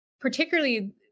particularly